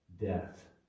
death